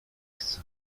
chcę